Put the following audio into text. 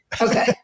Okay